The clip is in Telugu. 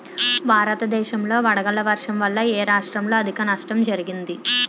భారతదేశం లో వడగళ్ల వర్షం వల్ల ఎ రాష్ట్రంలో అధిక నష్టం జరిగింది?